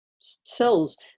cells